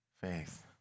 faith